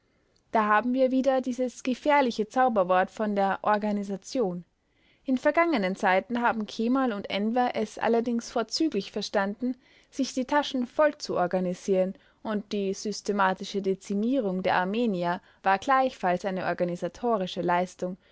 da haben wir wieder dieses gefährliche zauberwort von der organisation in vergangenen zeiten haben kemal und enver es allerdings vorzüglich verstanden sich die taschen vollzuorganisieren und die systematische dezimierung der armenier war gleichfalls eine organisatorische leistung